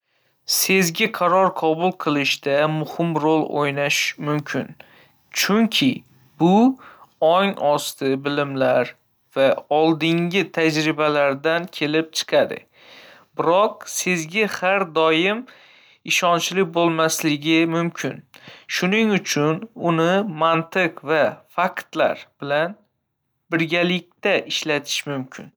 Sezgi qaror qabul qilishda muhim ro‘l o‘ynashi mumkin, chunki u ong osti bilimlar va oldingi tajribalardan kelib chiqadi. Biroq, sezgi har doim ishonchli bo‘lmasligi mumkin, shuning uchun uni mantiq va faktlar bilan birgalikda ishlatish mumkin.